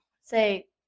say